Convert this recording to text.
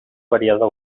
variada